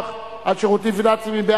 על שירותים פיננסיים (קופות גמל) (תיקון,